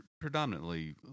predominantly